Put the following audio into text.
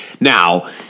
Now